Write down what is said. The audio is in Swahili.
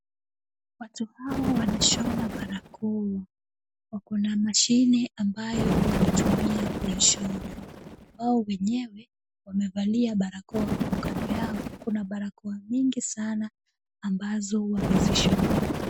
Watu hawa wanashona barakoa, wako na mashine ambayo wanatumia kuishona. Wao wenyewe wamevalia barakoa huku kando yao kuna barakoa mingi sana ambazo wamezishona.